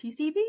tcb